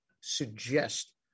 suggest